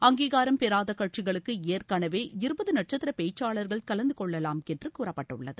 அங்கீகாரம் பெறாத கட்சிகளுக்கு ஏற்கனவே இருபது நட்சத்திர பேச்சாளர்கள் கலந்து கொள்ளலாம் என்று கூறப்பட்டுள்ளது